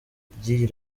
ry’iyi